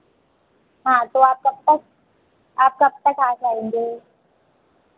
हाँ तो आप कब तक आप कब तक आ जाएंगे